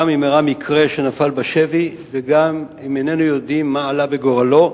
גם אם אירע מקרה שהוא נפל בשבי וגם אם איננו יודעים מה עלה בגורלו,